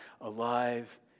alive